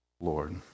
Lord